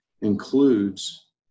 includes